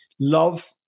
love